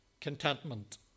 Contentment